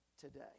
today